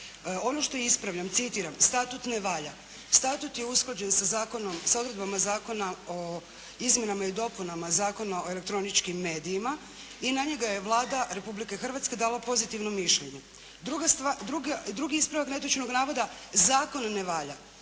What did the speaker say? Ono što ispravljam, citiram: "Statut ne valja.". Statut je usklađen sa zakonom, sa odredbama Zakona o izmjenama i dopunama Zakona o elektroničkim medijima i na njega je Vlada Republike Hrvatske dala pozitivno mišljenje. Drugi ispravak netočnog navoda: "Zakon ne valja.".